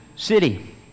city